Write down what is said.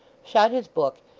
shut his book,